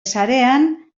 sarean